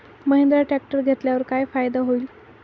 Mahindra tractor घेतल्यावर काय फायदा होईल?